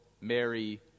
Mary